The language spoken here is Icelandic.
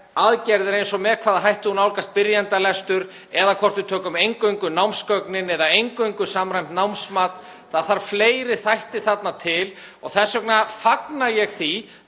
aðgerðir eins og með hvaða hætti þú nálgast byrjendalestur eða hvort við tökum eingöngu námsgögnin eða eingöngu samræmt námsmat. Það þarf fleiri þætti þarna til og þess vegna fagna ég þeim